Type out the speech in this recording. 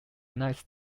knights